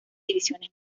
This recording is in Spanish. divisiones